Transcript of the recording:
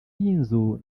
y’inzu